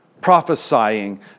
prophesying